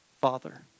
Father